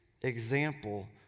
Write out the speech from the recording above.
example